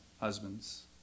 husbands